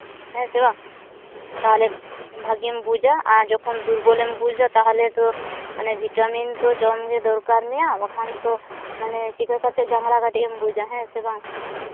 ᱦᱮᱸ ᱥᱮ ᱵᱟᱝ ᱛᱟᱦᱚᱞᱮ ᱠᱷᱟᱱ ᱵᱷᱟᱹᱜᱤᱢ ᱵᱩᱡᱟ ᱟᱨ ᱡᱚᱠᱷᱚᱱ ᱫᱩᱨᱵᱚᱞ ᱮᱢ ᱵᱩᱡᱟ ᱛᱟᱦᱚᱞᱮ ᱫᱚ ᱢᱟᱱᱮ ᱵᱷᱤᱴᱟᱢᱤᱱ ᱛᱚ ᱡᱚᱢᱜᱮ ᱫᱚᱨᱠᱟᱨ ᱢᱮᱭᱟ ᱵᱟᱠᱷᱟᱱ ᱛᱚ ᱢᱟᱱᱮ ᱪᱤᱠᱟᱹ ᱠᱟᱛᱮᱫ ᱛᱟᱜᱽᱲᱟ ᱠᱟᱹᱴᱤᱡ ᱮᱢ ᱵᱩᱡᱟ ᱦᱮᱸ ᱥᱮ ᱵᱟᱝ